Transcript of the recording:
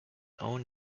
own